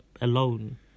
alone